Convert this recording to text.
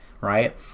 right